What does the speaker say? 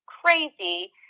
crazy